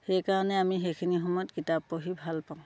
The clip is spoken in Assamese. সেইকাৰণে আমি সেইখিনি সময়ত কিতাপ পঢ়ি ভাল পাওঁ